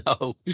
No